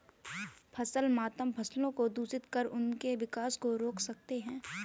फसल मातम फसलों को दूषित कर उनके विकास को रोक सकते हैं